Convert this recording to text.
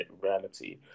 reality